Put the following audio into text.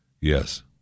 Yes